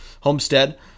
homestead